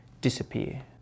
disappear